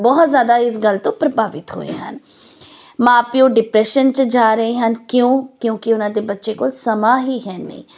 ਬਹੁਤ ਜ਼ਿਆਦਾ ਇਸ ਗੱਲ ਤੋਂ ਪ੍ਰਭਾਵਿਤ ਹੋਏ ਹਨ ਮਾਂ ਪਿਓ ਡਿਪਰੈਸ਼ਨ ਚ ਜਾ ਰਹੇ ਹਨ ਕਿਉਂ ਕਿਉਂਕਿ ਉਹਨਾਂ ਦੇ ਬੱਚੇ ਕੋਲ ਸਮਾਂ ਹੀ ਹੈ ਨਹੀਂ